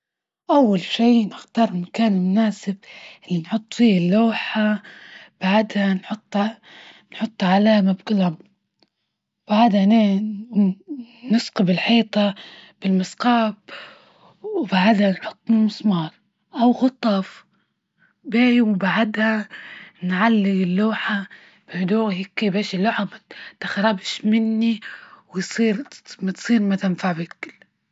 اول شي نختار مكان مناسب اللي نحط فيه اللوحة، بعدها نثقب الحيطة بالمثقاب وبعدها نحط المسمار أو خطاف باهي وبعدها تعلج اللوحة بهدوء هكي باش اللوحة متخربش مني وتصير ما تنفع.